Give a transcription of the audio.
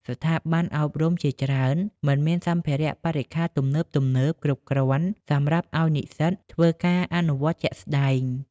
ស្ថាប័នអប់រំជាច្រើនមិនមានសម្ភារៈបរិក្ខារទំនើបៗគ្រប់គ្រាន់សម្រាប់ឱ្យនិស្សិតធ្វើការអនុវត្តជាក់ស្តែង។